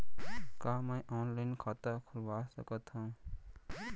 का मैं ऑनलाइन खाता खोलवा सकथव?